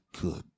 Good